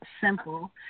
simple